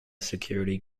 security